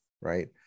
right